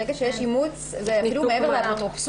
ברגע שיש אימוץ זה אפילו מעבר לאפוטרופסות.